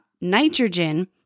nitrogen